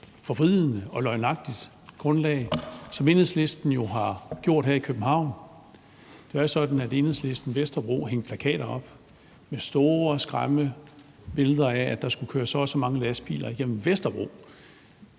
forvridende og løgnagtigt grundlag, som det jo har været tilfældet her i København. Det er sådan, at Enhedslisten Vesterbro har hængt plakater op med store skræmmebilleder af, at der skulle køre så og så mange lastbiler igennem Vesterbro.